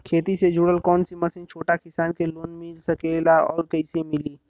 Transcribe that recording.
खेती से जुड़ल कौन भी मशीन छोटा किसान के लोन मिल सकेला और कइसे मिली?